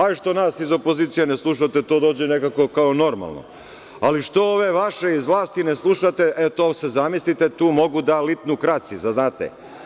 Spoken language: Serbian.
Hajde što nas iz opozicije ne slušate, to dođe nekako kao normalno, ali što ove vaše iz vlasti ne slušate, e to se zamislite, tu mogu da lipnu kraci, znate.